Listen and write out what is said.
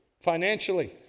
financially